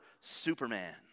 Superman